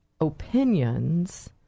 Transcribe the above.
opinions